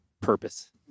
purpose